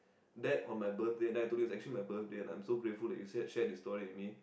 that on my birthday and then I told him it's actually my birthday and I'm so grateful that you said share this story with me